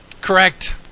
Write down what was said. Correct